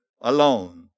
alone